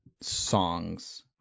songs